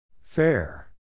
Fair